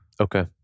Okay